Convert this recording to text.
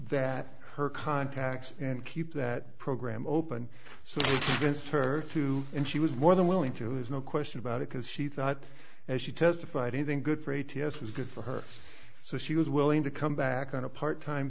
that her contacts and keep that program open so since her too and she was more than willing to is no question about it because she thought as she testified anything good for a t s was good for her so she was willing to come back on a part time